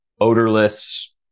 odorless